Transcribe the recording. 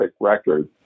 record